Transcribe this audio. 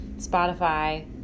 Spotify